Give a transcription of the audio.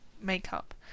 makeup